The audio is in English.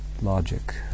logic